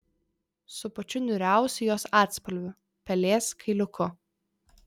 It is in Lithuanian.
su pačiu niūriausiu jos atspalviu pelės kailiuku